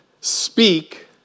speak